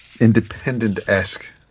independent-esque